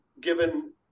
given